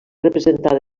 representada